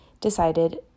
decided